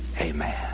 Amen